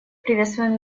приветствуем